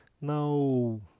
No